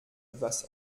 etwas